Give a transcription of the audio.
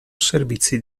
servizi